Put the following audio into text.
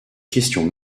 question